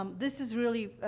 um this is really,